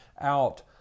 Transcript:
out